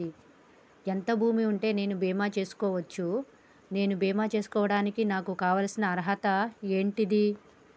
ఎంత భూమి ఉంటే నేను బీమా చేసుకోవచ్చు? నేను బీమా చేసుకోవడానికి నాకు కావాల్సిన అర్హత ఏంటిది?